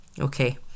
okay